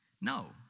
No